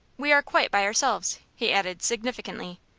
we are quite by ourselves, he added, significantly.